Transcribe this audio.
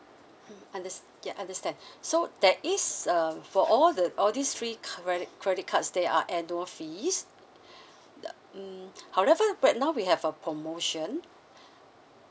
mm unders~ ya understand so that is uh for all the all these three cre~ credit cards there are annual fees the mm however but now we have a promotion